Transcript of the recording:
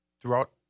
throughout